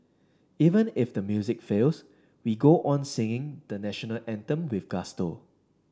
even if the music fails we go on singing the National Anthem with gusto